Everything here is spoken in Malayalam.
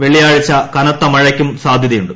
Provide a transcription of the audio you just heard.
വെള്ളിയാഴ്ച കനത്ത മഴയ്ക്കും സാധ്യതയുണ്ട്